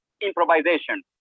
improvisation